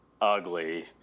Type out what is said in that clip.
ugly